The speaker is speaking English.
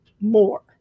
more